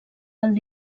del